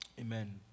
amen